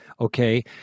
Okay